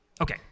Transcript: okay